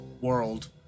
world